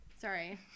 sorry